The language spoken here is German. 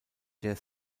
der